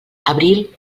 abril